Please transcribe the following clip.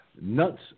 Nuts